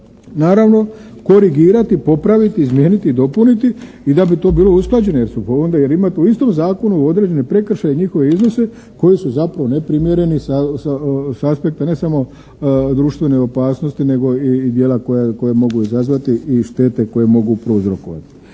naravno korigirati, popraviti, izmijeniti i dopuniti i da bi to bilo usklađeno jer su onda, jer imate u istom zakonu određeni prekršaj i njihove iznose koji su zapravo neprimjereni sa aspekta ne samo društvene opasnosti nego i dijela koje mogu izazvati i štete koje mogu prouzrokovati.